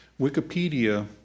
Wikipedia